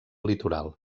litoral